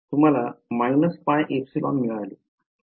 तुम्हाला − πε मिळाले